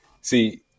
See